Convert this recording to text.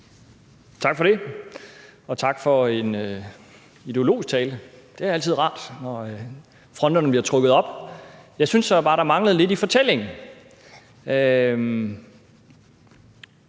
Tak for det. Og tak for en ideologisk tale – det er altid rart, når fronterne bliver trukket op. Jeg synes så bare, at der mangler lidt i fortællingen.